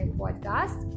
podcast